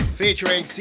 featuring